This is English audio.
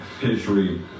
history